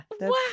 Wow